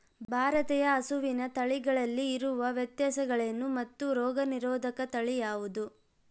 ಭಾರತೇಯ ಹಸುವಿನ ತಳಿಗಳಲ್ಲಿ ಇರುವ ವ್ಯತ್ಯಾಸಗಳೇನು ಮತ್ತು ರೋಗನಿರೋಧಕ ತಳಿ ಯಾವುದು?